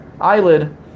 eyelid